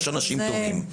יש אנשים טובים.